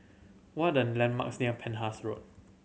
what are the landmarks near Penhas Road